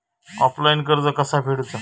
Offline कर्ज कसा फेडूचा?